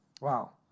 Wow